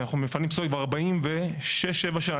אנחנו מפנים פסולת כבר 46-47 שנה.